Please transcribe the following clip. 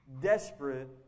desperate